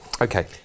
Okay